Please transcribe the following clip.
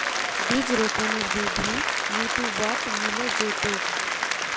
बीज रोपनेर विधि यूट्यूबत मिले जैतोक